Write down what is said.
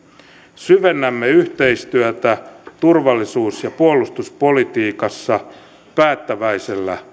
syvennämme yhteistyötä turvallisuus ja puolustuspolitiikassa päättäväisellä